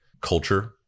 culture